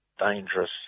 dangerous